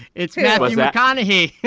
it's matthew mcconaughey